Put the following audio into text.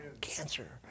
cancer